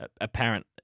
apparent